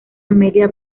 amelia